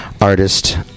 artist